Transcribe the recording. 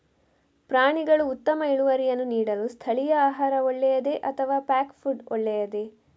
ಪ್ರಾಣಿಗಳು ಉತ್ತಮ ಇಳುವರಿಯನ್ನು ನೀಡಲು ಸ್ಥಳೀಯ ಆಹಾರ ಒಳ್ಳೆಯದೇ ಅಥವಾ ಪ್ಯಾಕ್ ಫುಡ್ ಒಳ್ಳೆಯದೇ?